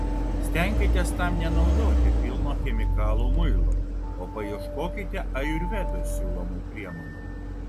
stenkitės tam nenaudoti pilno chemikalų muilo o paieškokite ajurvedos siūlomų priemonių